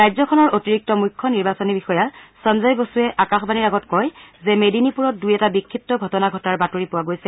ৰাজ্যখনৰ অতিৰিক্ত মুখ্য নিৰ্বাচনী বিষয়া সঞ্জয় বসুৱে আকাশবাণীৰ আগত কয় যে মেদিনীপুৰত দূই এটা বিক্ষিপ্ত ঘটনা ঘটাৰ বাতৰি পোৱা গৈছে